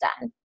done